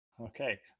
Okay